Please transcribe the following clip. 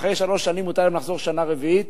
אחרי שלוש שנים מותר להם לחזור לשנה רביעית.